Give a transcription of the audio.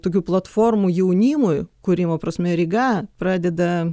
tokių platformų jaunimui kūrimo prasme ryga pradeda